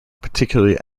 particularly